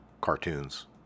cartoons